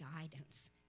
guidance